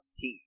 team